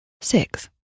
six